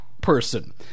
person